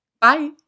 Bye